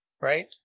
right